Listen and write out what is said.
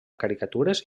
caricatures